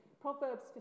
Proverbs